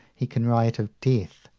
he can write of death,